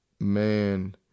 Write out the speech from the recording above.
man